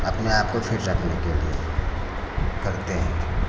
अपने आपको फिट रखने के लिए करते हैं